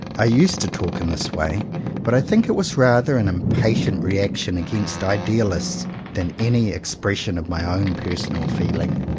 i used to talk in this way but i think it was rather an impatient reaction against idealists than any expres sion of my own personal feeling.